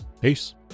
Peace